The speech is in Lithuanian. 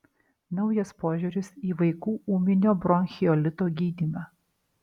naujas požiūris į vaikų ūminio bronchiolito gydymą